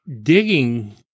digging